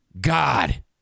God